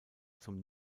zum